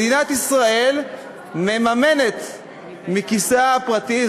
מדינת ישראל מממנת מכיסה הפרטי,